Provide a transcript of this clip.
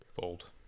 Fold